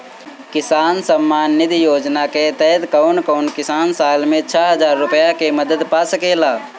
किसान सम्मान निधि योजना के तहत कउन कउन किसान साल में छह हजार रूपया के मदद पा सकेला?